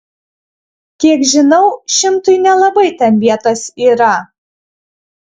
kiek žinau šimtui nelabai ten vietos yra